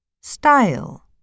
style